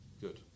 Good